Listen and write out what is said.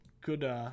good